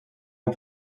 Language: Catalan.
amb